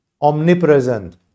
omnipresent